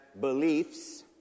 beliefs